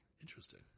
Interesting